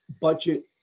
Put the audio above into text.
budget